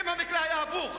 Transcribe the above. אם המקרה היה הפוך,